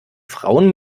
frauen